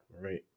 right